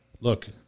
look